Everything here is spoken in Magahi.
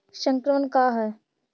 संक्रमण का है?